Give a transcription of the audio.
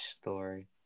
story